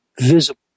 visible